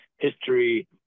history